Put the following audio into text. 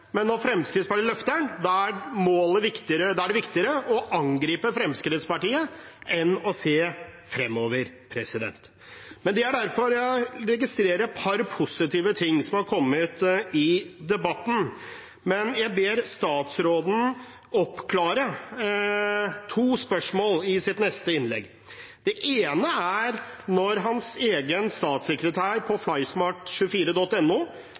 men når Fremskrittspartiet løfter den, da er det viktigere å angripe Fremskrittspartiet enn å se fremover. Jeg registrerer et par positive ting som har kommet i debatten, men jeg ber statsråden oppklare to spørsmål i sitt neste innlegg. Det ene er: Hans egen statssekretær var på